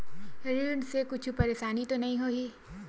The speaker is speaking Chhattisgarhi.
ऋण से कुछु परेशानी तो नहीं होही?